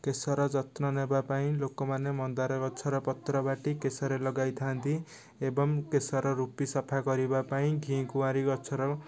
କେଶର ଯତ୍ନ ନେବାପାଇଁ ଲୋକମାନେ ମନ୍ଦାର ଗଛର ପତ୍ର ବାଟି କେଶରେ ଲଗାଇଥାନ୍ତି ଏବଂ କେଶର ରୁପି ସଫା କରିବାପାଇଁ ଘି କୁଆଁରି ଗଛର